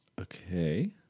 okay